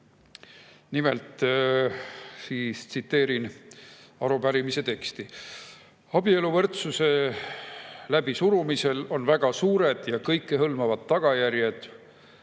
[Parafraseerin] arupärimise teksti. Abieluvõrdsuse läbisurumisel on väga suured ja kõikehõlmavad tagajärjed